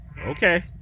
okay